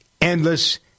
endless